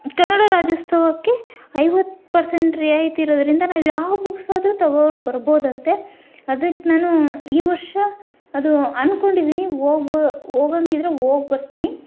ಕನ್ನಡ ರಾಜ್ಯೋತ್ಸವಕ್ಕೆ ಐವತ್ತು ಪರ್ಸೆಂಟ್ ರಿಯಾಯಿತಿ ಇರೋದರಿಂದ ನಾವು ಯಾವ ಬುಕ್ಸ್ ಆದರೂ ತಗೊಂಡು ಬರ್ಬೋದಂತೆ ಅದಕ್ಕೆ ನಾನು ಈ ವರ್ಷ ಅದು ಅನ್ಕೊಂಡಿದ್ದೀನಿ ಹೋಗೋ ಹೋಗಂಗಿದ್ರೆ ಹೋಗ್ಬರ್ತೀನಿ